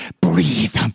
Breathe